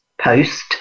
post